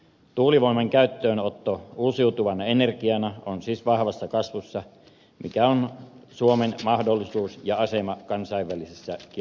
tuulivoiman käyttöönotto uusiutuvana energiana on siis vahvassa kasvussa mikä on suomen mahdollisuus ja asema kansainvälisessä kilpailussa